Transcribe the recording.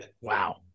Wow